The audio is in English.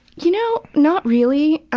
you know, not really. i